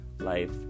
life